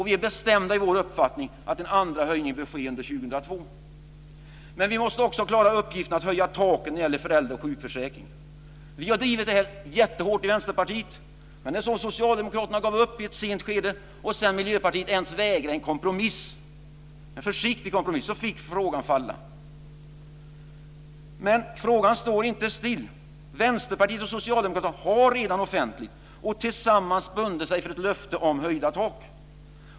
Vi är bestämda i vår uppfattning att en andra höjning bör ske under 2002. Vi måste också klara uppgiften att höja taken i föräldra och sjukförsäkringen. Vi har drivit den frågan jättehårt i Vänsterpartiet. Men eftersom Socialdemokraterna gav upp i ett sent skede och sedan Miljöpartiet vägrade ens en försiktig kompromiss fick frågan falla. Men frågan står inte still. Vänsterpartiet och Socialdemokraterna har redan offentligt och tillsammans bundit sig för ett löfte om höjda tak.